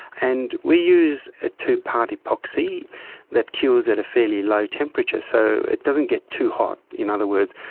and we use a two-part epoxy that cures at a fairly low temperature. so it doesn't get too hot. in other words,